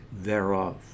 thereof